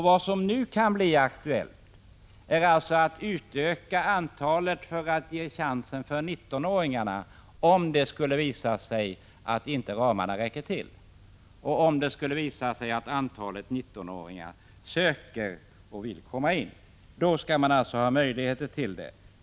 Vad som nu kan bli aktuellt är alltså att utöka antalet platser för att ge 19-åringarna chansen om det skulle visa sig att ramarna inte räcker till och om det är ett stort antal 19-åringar som söker och vill komma in. Då skall man således ha möjlighet till detta.